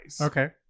Okay